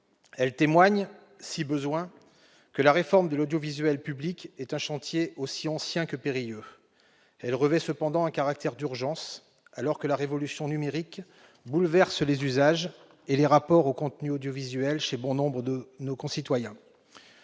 Elle témoigne, s'il en était besoin, que la réforme de l'audiovisuel public est un chantier aussi ancien que périlleux. Cette réforme revêt cependant un caractère d'urgence alors que la révolution numérique bouleverse les usages et les rapports aux contenus audiovisuels de bon nombre de nos concitoyens.